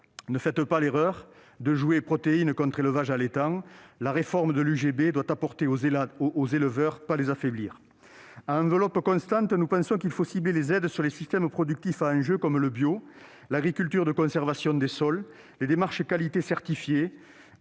Ne faites pas l'erreur de jouer les protéines contre l'élevage allaitant. La réforme de l'unité de gros bétail, l'UGB, doit apporter aux éleveurs, et non pas les affaiblir À enveloppe constante, nous pensons qu'il faut cibler les aides sur les systèmes productifs à enjeu, comme le bio, l'agriculture de conservations des sols, les démarches de qualité certifiée,